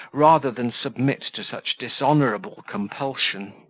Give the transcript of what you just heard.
rather than submit to such dishonourable compulsion.